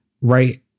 right